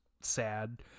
sad